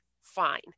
fine